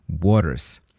waters